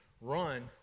run